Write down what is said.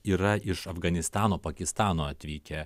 yra iš afganistano pakistano atvykę